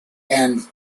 and